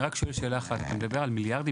אני רוצה לשאול רק שאלה אחת: אתה מדבר על מיליארדים.